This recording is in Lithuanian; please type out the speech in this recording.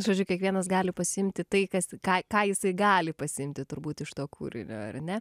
žodžiu kiekvienas gali pasiimti tai kas ką ką jisai gali pasiimti turbūt iš to kūrinio ar ne